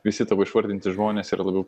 visi tavo išvardinti žmonės yra labiau